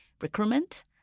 recruitment